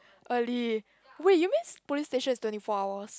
early wait you means police station is twenty four hours